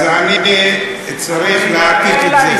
אז אני צריך להעתיק את זה.